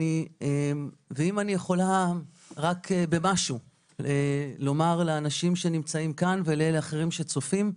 ואם אני יכולה רק במשהו לומר לאנשים שנמצאים כאן ולאלה אחרים שצופים,